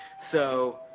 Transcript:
so,